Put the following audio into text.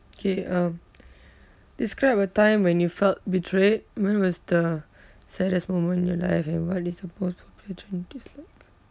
K um describe a time when you felt betrayed when was the saddest moment in your life and what is the most popular trend you dislike